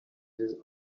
his